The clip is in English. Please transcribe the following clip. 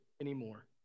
anymore